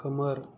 खोमोर